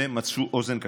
ומצאו אוזן קשבת.